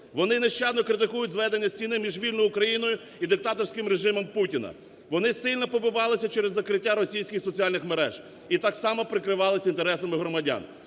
Вони нещадно критикують зведення стіни між вільною Україною і диктаторським режимом Путіна, вони сильно побивались через закриття російських соціальних мереж і так само прикривались інтересами громадян.